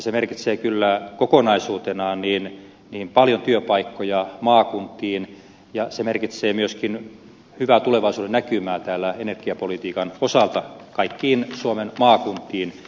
se merkitsee kyllä kokonaisuutena paljon työpaikkoja maakuntiin ja se merkitsee myöskin hyvää tulevaisuudennäkymää energiapolitiikan osalta kaikkiin suomen maakuntiin